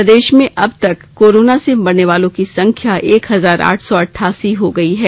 प्रदेश में अब तक कोरोना से मरने वालो की संख्या एक हजार आठ सौ अट्ठासी हो गई है